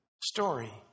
story